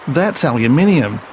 that's aluminium,